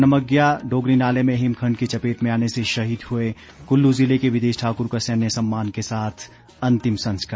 नमग्या डोगरी नाले में हिमखण्ड की चपेट में आने से शहीद हुए कुल्लू जिले के विदेश ठाकुर का सैन्य सम्मान के साथ अंतिम संस्कार